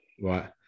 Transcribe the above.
right